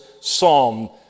psalm